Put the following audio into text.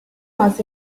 was